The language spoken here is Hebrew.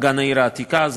אגן העיר העתיקה.